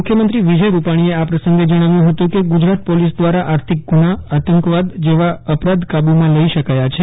મુખ્યમંત્રી વિજય રૂપાણીએ આ પ્રસંગે જણાવ્યું હતું કે ગુજરાત પોલીસ દ્વારા આર્થિક ગુના આતંકવાદ જેવા અપરાધ કાબુમાં લઇ શક્યા છે